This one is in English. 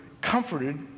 comforted